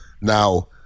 Now